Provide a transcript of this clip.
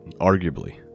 arguably